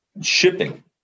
shipping